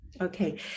Okay